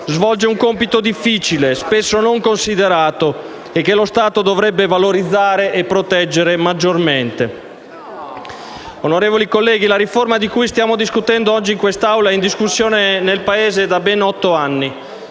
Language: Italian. svolge un compito difficile, spesso non considerato, che lo Stato dovrebbe valorizzare e proteggere maggiormente. Onorevoli colleghi, la riforma di cui stiamo discutendo oggi in quest'Assemblea è in discussione nel Paese da ben otto anni